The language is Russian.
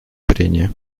прения